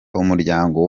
umuryango